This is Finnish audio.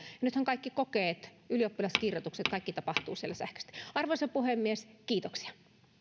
nythän kaikki kokeet ylioppilaskirjoitukset kaikki tapahtuu siellä sähköisesti arvoisa puhemies kiitoksia